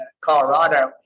Colorado